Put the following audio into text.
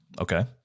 Okay